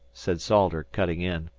said salters, cutting in.